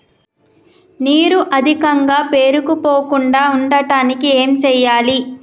నీరు అధికంగా పేరుకుపోకుండా ఉండటానికి ఏం చేయాలి?